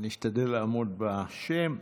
אני אשתדל לעמוד בשם,